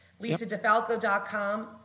lisadefalco.com